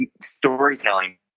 storytelling